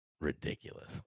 ridiculous